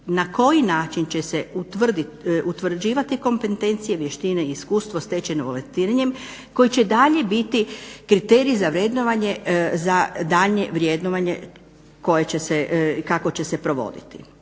na koji način će se utvrđivati kompetencije, vještine, iskustvo stečeno volontiranjem koje će i dalje biti kriterij za vrednovanje za daljnje vrednovanje